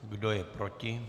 Kdo je proti?